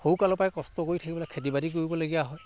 সৰু কালৰ পৰাই কষ্ট কৰি থাকিব লাগে খেতি বাতি কৰিবলগীয়া হয়